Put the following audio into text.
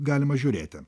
galima žiūrėti